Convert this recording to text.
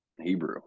hebrew